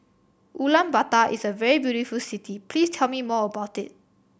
Ulaanbaatar is a very beautiful city please tell me more about it